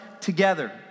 together